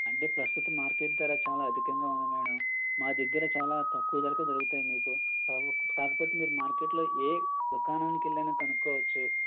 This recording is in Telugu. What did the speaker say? అంటే ప్రస్తుత మార్కెట్ ధర చాలా అధికంగా ఉంది మేడం మా దగ్గర చాలా తక్కువ ధరకే దొరుకుతాయి మీకు కాపో కాకపోతే మీరు మార్కెట్లో ఏ దుకాణానికి వెళ్ళి అయినా కనుక్కోవచ్చు